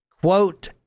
quote